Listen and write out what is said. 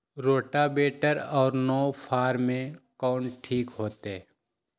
Rotavator और नौ फ़ार में कौन ठीक होतै?